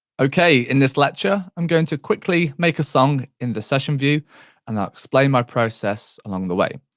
okay in this lecture i'm going to quickly make a song in the session view and i'll explain my process along the way.